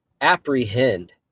apprehend